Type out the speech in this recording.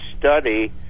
Study